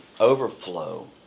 overflow